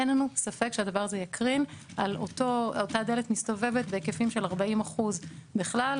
אין לנו ספק שהדבר הזה יקרין על אותה דלת מסתובבת בהיקפים של 40% בכל.